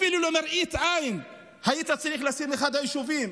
אפילו למראית עין היית צריך לפרסם את אחד היישובים,